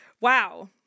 wow